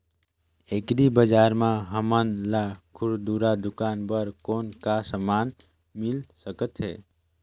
Agri बजार म हमन ला खुरदुरा दुकान बर कौन का समान मिल सकत हे?